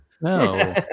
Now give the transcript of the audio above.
No